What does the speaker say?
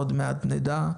עוד מעט נדע,